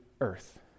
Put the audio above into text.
earth